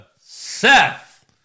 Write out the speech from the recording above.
seth